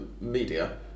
media